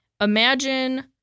imagine